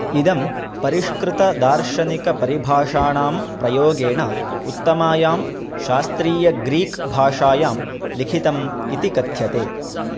इदं परिष्कृतदार्शनिकपरिभाषाणां प्रयोगेण उत्तमायां शास्त्रीयग्रीक् भाषायां लिखितम् इति कथ्यते